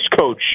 coach